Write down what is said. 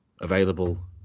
available